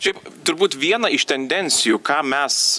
šiaip turbūt viena iš tendencijų ką mes